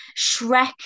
Shrek